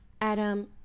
adam